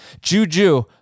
Juju